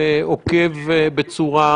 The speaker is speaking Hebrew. עוקב בצורה